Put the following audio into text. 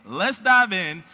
let's dive in,